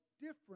different